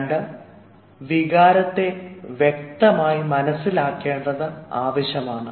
രണ്ട് വികാരത്തെ വ്യക്തമായി മനസ്സിലാക്കേണ്ടത് ആവശ്യമാണ്